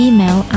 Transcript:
Email